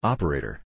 Operator